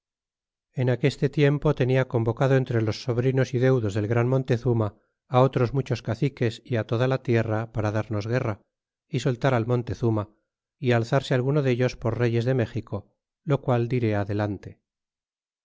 en aqueste tiempo tenia convocado entre los sobrinos y deudos del gran montezmna otros muchos caciques y toda la tierra para darnos guerra y soltar al montezuma y alzarse alguno dellos por reyes de méxico lo cual diré adelante